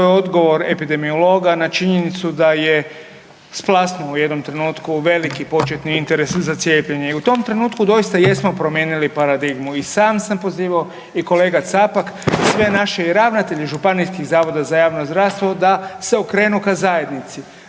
To je odgovor epidemiologa na činjenicu da je splasnuo u jednom trenutku veliki početni interes za cijepljenje. I u tom trenutku doista jesmo promijenili paradigmu i sam sa pozivao i kolega Capak i sve naše i ravnatelje županijskih zavoda za javno zdravstvo da se okrenu ka zajednici.